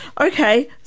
Okay